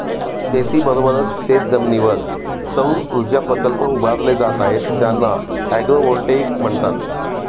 शेतीबरोबरच शेतजमिनीवर सौरऊर्जा प्रकल्प उभारले जात आहेत ज्यांना ॲग्रोव्होल्टेईक म्हणतात